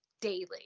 daily